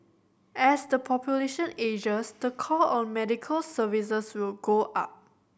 as the population ages the call on medical services will go up